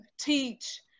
teach